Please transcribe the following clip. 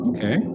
Okay